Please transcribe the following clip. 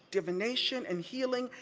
divination and healing,